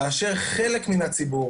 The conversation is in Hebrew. כאשר חלק מן הציבור